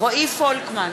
רועי פולקמן,